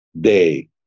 day